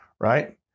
right